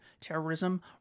terrorism